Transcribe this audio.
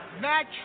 Matt